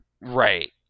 right